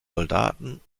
soldaten